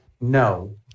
No